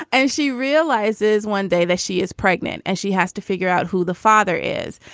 and she realizes one day that she is pregnant and she has to figure out who the father is.